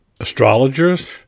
Astrologers